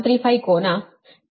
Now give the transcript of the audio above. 135 ಕೋನ 10